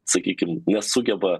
sakykim nesugeba